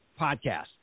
podcast